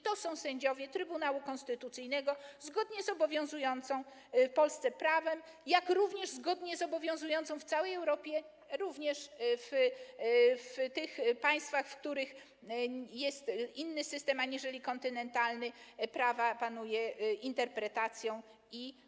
To są sędziowie Trybunału Konstytucyjnego zgodnie z obowiązującym w Polsce prawem, jak również zgodnie z prawem obowiązującym w całej Europie, również w tych państwach, w których jest inny system prawa aniżeli kontynentalny, panuje taka interpretacja.